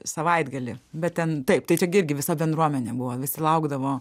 savaitgalį bet ten taip tai čia irgi visa bendruomenė buvo visi laukdavo